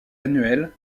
annuels